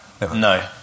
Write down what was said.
No